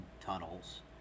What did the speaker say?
tunnels